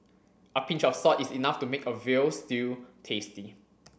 a pinch of salt is enough to make a veal stew tasty